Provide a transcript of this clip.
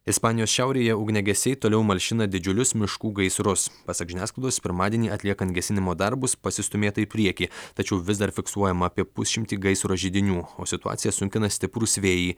ispanijos šiaurėje ugniagesiai toliau malšina didžiulius miškų gaisrus pasak žiniasklaidos pirmadienį atliekant gesinimo darbus pasistūmėta į priekį tačiau vis dar fiksuojama apie pusšimtį gaisro židinių o situaciją sunkina stiprūs vėjai